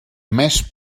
més